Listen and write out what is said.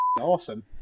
awesome